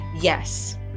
yes